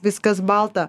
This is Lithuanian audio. viskas balta